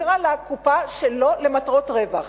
ונקרא לה "קופה שלא למטרות רווח",